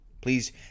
Please